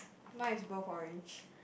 mine is both orange